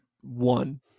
one